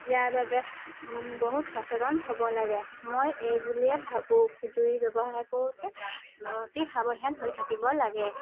ইয়াৰ বাবে বহুত সচেতন হ'ব লাগে মই এই বুলিয়ে ভাবোঁ জুই ব্যৱহাৰ কৰোঁতে অতি সাৱধান হৈ থাকিব লাগে